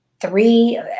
three